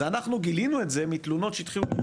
זה אנחנו גילינו את זה מתלונות שהתחילו..